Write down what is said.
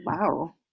Wow